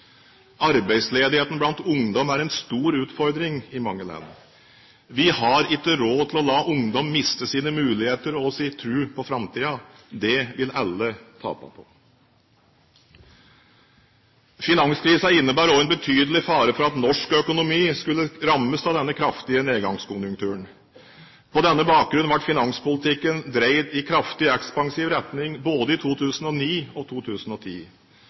Arbeidsledigheten blant ungdom er en stor utfordring i mange land. Vi har ikke råd til å la ungdom miste sine muligheter og sin tro på framtiden. Det vil alle tape på. Finanskrisen innebar også en betydelig fare for at norsk økonomi skulle rammes av denne kraftige nedgangskonjunkturen. På denne bakgrunn ble finanspolitikken dreid i kraftig ekspansiv retning både i 2009 og i 2010.